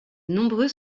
nombreux